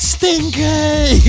Stinky